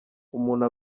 umuntu